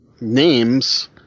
names